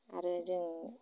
आरो जों